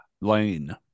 Lane